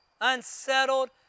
unsettled